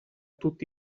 tutti